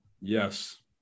Yes